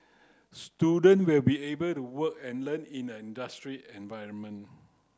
student will be able to work and learn in an industry environment